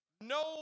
No